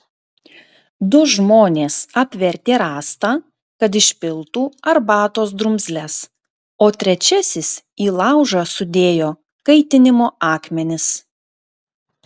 du žmonės apvertė rąstą kad išpiltų arbatos drumzles o trečiasis į laužą sudėjo kaitinimo akmenis